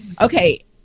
okay